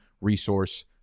resource